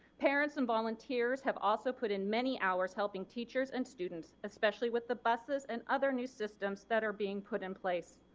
parents and volunteers have also put in many hours helping teachers and students, especially with the buses and other new systems that are being put in place.